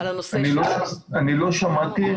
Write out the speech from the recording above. אם אני לא טועה,